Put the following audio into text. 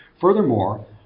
Furthermore